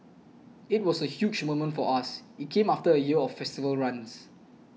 it was a huge moment for us it came after a year of festival runs